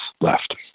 left